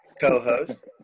co-host